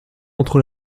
entre